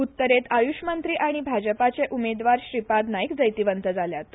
उत्तरेत आयूष मंत्री आनी भाजपाचे उमेदवार श्रीपाद नायक जैतिवंत जाल्यात